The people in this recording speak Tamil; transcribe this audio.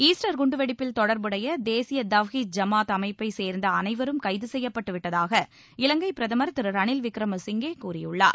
ஈஸ்டர் குண்டுவெடிப்பில் தொடர்புடைய தேசிய தவ்ஹீத் ஜமாத் அமைப்பைச் சேர்ந்த அனைவரும் கைது செய்யப்பட்டு விட்டதாக இலங்கை பிரதமர் திரு ரணில் விக்மரசிங்கே கூறியுள்ளார்